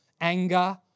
anger